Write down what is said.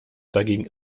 dagegen